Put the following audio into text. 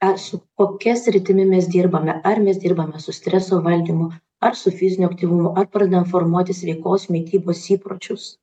ar su kokia sritimi mes dirbame ar mes dirbame su streso valdymu ar su fiziniu aktyvumu ar pradedam formuoti sveikos mitybos įpročius